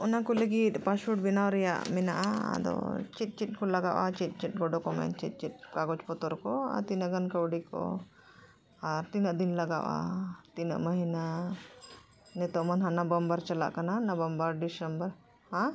ᱚᱱᱟ ᱠᱚ ᱞᱟᱹᱜᱤᱫ ᱯᱟᱥᱯᱳᱨᱴ ᱵᱮᱱᱟᱣ ᱨᱮᱭᱟᱜ ᱢᱮᱱᱟᱜᱼᱟ ᱟᱫᱚ ᱪᱮᱫ ᱪᱮᱫ ᱠᱚ ᱞᱟᱜᱟᱜᱼᱟ ᱪᱮᱫ ᱪᱮᱫ ᱠᱚ ᱰᱚᱠᱚᱢᱮᱱ ᱪᱮᱫ ᱪᱮᱫ ᱠᱟᱜᱚᱡᱽ ᱯᱚᱛᱚᱨ ᱠᱚ ᱟᱨ ᱛᱤᱱᱟᱹᱜ ᱜᱟᱱ ᱠᱟᱹᱣᱰᱤ ᱠᱚ ᱟᱨ ᱛᱤᱱᱟᱹᱜ ᱫᱤᱱ ᱞᱟᱜᱟᱜᱼᱟ ᱛᱤᱱᱟᱹᱜ ᱢᱟᱹᱦᱱᱟᱹ ᱱᱤᱛᱚᱜ ᱢᱟ ᱦᱟᱸᱜ ᱱᱚᱵᱚᱢᱵᱟᱨ ᱪᱟᱞᱟᱜ ᱠᱟᱱᱟ ᱱᱚᱵᱚᱢᱵᱟᱨ ᱰᱤᱥᱮᱢᱵᱚᱨ ᱦᱮᱸ